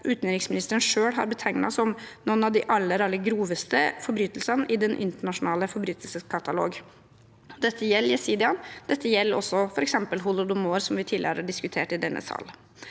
utenriksministeren selv har betegnet som «noen av de aller groveste forbrytelser i den internasjonale forbrytelseskatalog». Dette gjelder jesidiene. Det gjelder også f.eks. holodomor, som vi tidligere har diskutert i denne sal.